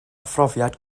phrofiad